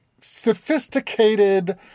sophisticated